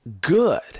good